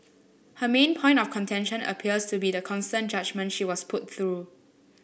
her main point of contention appears to be the constant judgement she was put through